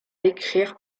écrire